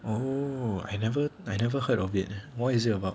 oh I never I never heard of it what is it about